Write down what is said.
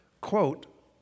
quote